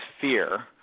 fear